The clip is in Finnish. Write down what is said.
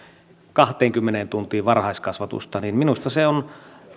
kahteenkymmeneen tuntiin varhaiskasvatusta niin minusta se on